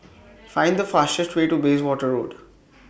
Find The fastest Way to Bayswater Road